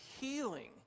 healing